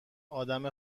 آدم